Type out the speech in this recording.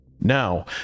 Now